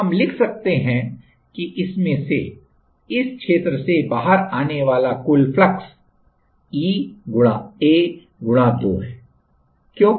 अब हम लिख सकते हैं कि इसमें से इस क्षेत्र से बाहर आने वाला कुल फ्लक्स E गुणा A गुणा 2 है क्यों